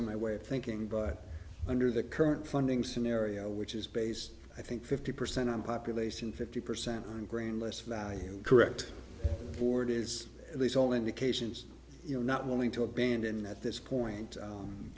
in my way of thinking but under the current funding scenario which is based i think fifty percent on population fifty percent and grainless value correct board is these all indications you're not willing to abandon at this point